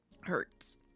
hurts